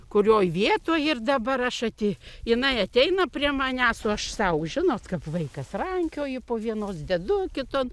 kurioj vietoj ir dabar aš ati jinai ateina prie manęs o aš sau žinot kap vaikas rankioju po vienos dedu kiton